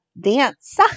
dance